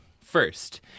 First